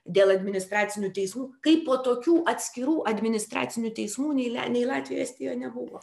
dėl administracinių teismų kaipo tokių atskirų administracinių teismų nei le nei latvijoj estijoj nebuvo